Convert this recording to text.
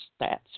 stats